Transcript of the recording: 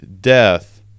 Death